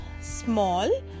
small